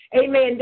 amen